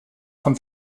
von